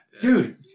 Dude